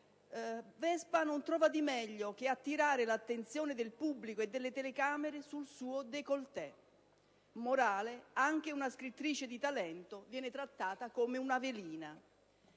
Vespa non trova di meglio che attirare l'attenzione del pubblico e delle telecamere sul suo *d**écolleté***. Morale: anche una scrittrice di talento viene trattata come una velina.